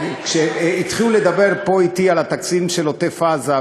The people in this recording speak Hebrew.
כשהתחילו לדבר אתי פה על התקציבים של עוטף-עזה,